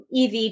EV